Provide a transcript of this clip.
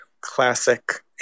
classic